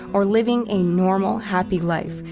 or living a normal, happy life,